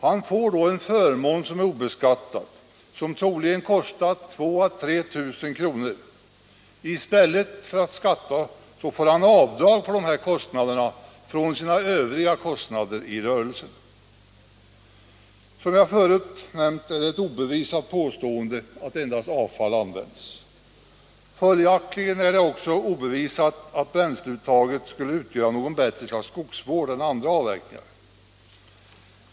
Han får då en förmån obeskattad som troligen kostat 2 000-3 000 kr. I stället för att skatta får han göra avdrag för dessa kostnader från sina övriga inkomster av rörelsen. Som jag förut nämnt är det ett obevisat påstående att endast avfall används. Följaktligen är det också obevisat att bränsleuttaget skulle utgöra något bättre slag av skogsvård än andra avverkningar.